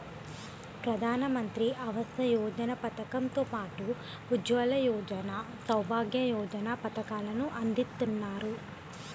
ప్రధానమంత్రి ఆవాస యోజన పథకం తో పాటు ఉజ్వల యోజన, సౌభాగ్య యోజన పథకాలను అందిత్తన్నారు